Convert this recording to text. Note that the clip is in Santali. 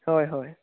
ᱦᱳᱭ ᱦᱳᱭ